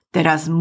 Teraz